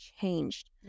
changed